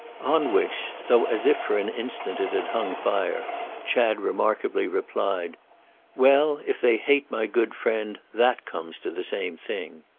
on which though as if for an instant it had hung fire chad remarkably replied well, if they hate my good friend, that comes to the same thing.